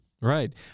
Right